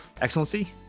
Excellency